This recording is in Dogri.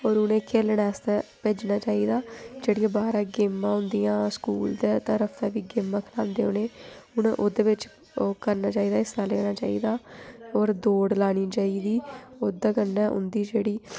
होर उ'नें खेलने आस्तै भेजना चाहिदा जेहड़ियां बाह्र गेमां होंदियां स्कूल दा तरफा दा गेमां खलांदे उ'नें गी उ'नें ओह्दे बिच्च ओह् करना चाहिदा हिस्सा लैना चाहिदा होर दौड़ लानी चाहिदी उ'दै कन्नै उं'दी जेह्ड़ी